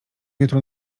jutro